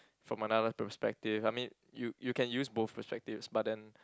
from another perspective I mean you you can use both perspectives but then